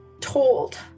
told